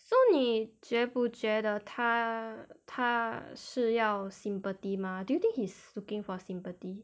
so 你觉不觉得他他是要 sympathy 吗 do you think he's looking for sympathy